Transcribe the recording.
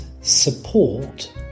support